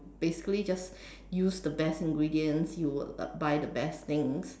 basically just use the best ingredient you would uh buy the best things